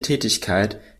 tätigkeit